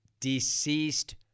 Deceased